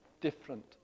different